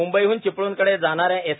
मुंबईहून चिपळूणकडे जाणाऱ्या एस